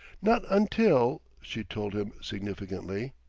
not until, she told him significantly.